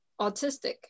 autistic